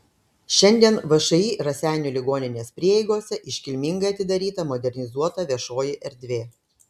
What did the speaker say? šiandien všį raseinių ligoninės prieigose iškilmingai atidaryta modernizuota viešoji erdvė